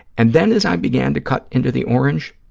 and then, as i began to cut into the orange,